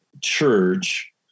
church